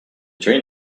train